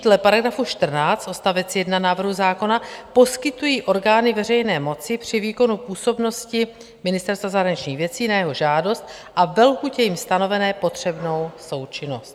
Dle § 14 odst. 1 návrhu zákona poskytují orgány veřejné moci při výkonu působnosti Ministerstva zahraničních věcí na jeho žádost a ve lhůtě jím stanovené potřebnou součinnost.